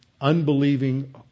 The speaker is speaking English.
unbelieving